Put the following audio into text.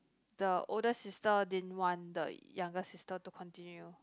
the older sister didn't want the younger sister to continue